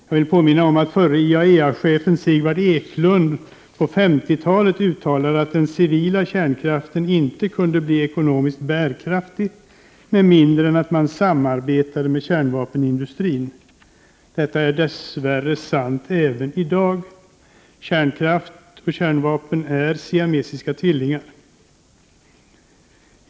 Jag vill påminna om att förre IAEA-chefen Sigvard Eklund på 50-talet uttalade att den civila kärnkraften inte kunde bli ekonomiskt bärkraftig med mindre än att man samarbetade med kärnvapenindustrin. Detta är dess värre sant även i dag. Kärnkraft och kärnvapen är siamesiska tvillingar.